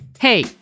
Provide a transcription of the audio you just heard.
Hey